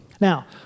Now